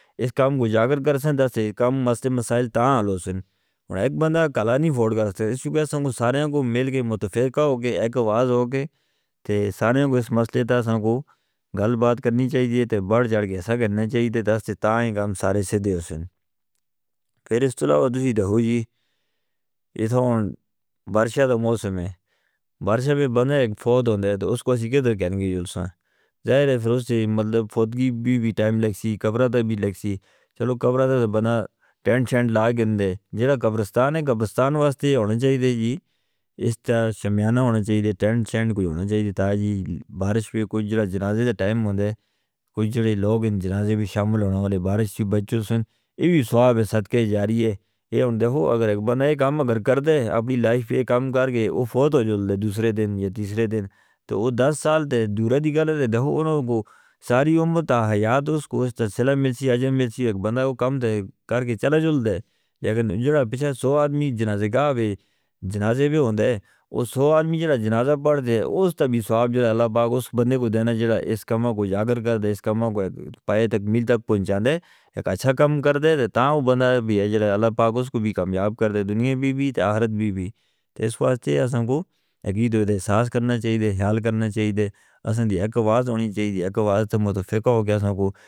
اس کام کو جاگر کر سن دا سے اس کام مسئلہ مسائل تاں آلو سن اور ایک بندہ کالا نہیں پھوڑ کر سکتے۔ اس شبہ سن کو سارے ان کو مل کے متفقہ ہو کے ایک آواز ہو کے سارے ان کو اس مسئلے تاں سن کو گل بات کرنی چاہی دی ہے تے بڑھ چڑھ کے ایسا کہنا چاہی دی ہے تے دس تائیں کام سارے سدھے ہو سن۔ پھر اس طرح عدوی دھو جی یہ توں بارشہ دا موسم ہے بارشہ بھی بندہ ایک پھوڑ ہوندہ ہے تو اس کو اسی کہہ تو کہنگے یلسن ظاہرے فرستے مطلب پھوڑ گی بھی ٹائم لگ سی قبرہ دا بھی لگ سی۔ چلو قبرہ دا تو بندہ ٹینٹ شینٹ لاگ اندے جیڑا قبرستان ہے قبرستان واسطے ہونے چاہی دے جی اس تاں شمیانہ ہونے چاہی دے ٹینٹ شینٹ کوئی ہونے چاہی دے تائیں بارش بھی کوئی جنادے تاں ٹائم ہوندے کوئی جوڑے لوگ ان جنادے بھی شامل ہونے والے بارش بھی بچو سنے یہ بھی سواب ہے صدقہ جاری ہے۔ یہ ہونے دیکھو اگر ایک بندہ ایک کام اگر کر دے اپنی لائف ایک کام کر کے وہ فوت ہو جندہ دوسرے دن یا تیسرے دن تو وہ دس سال تے دورہ دی گل دے دیکھو۔ انہوں کو ساری امت تاں حیات ہو اس کو اس تسلیم ملسی عجم ملسی۔ ایک بندہ کو کام کر کے چلا جندہ ہے اگر جوڑا پچھے سو آدمی جنادے کا ہووے جنادے بھی ہوندے وہ سو آدمی جنادہ پڑھ دے وہ اس تاں بھی سواب جناب اللہ پاک اس بندے کو دینا جنہاں اس کاموں کو جاہر کر دے اس کاموں کو پائے تک ملتا پہنچاندے۔ ایک اچھا کام کر دے تے تاں وہ بندہ بھی ہے جنہاں اللہ پاک اس کو بھی کامیاب کر دے دنیا بھی بھی تے آخرت بھی بھی تے اس واسطے اساں کو ایک ہی تو دی حساس کرنا چاہی دے خیال کرنا چاہی دے۔ اساں دی ایک آواز ہونی چاہی دے ایک آواز تاں متفقہ ہو گیا اساں کو.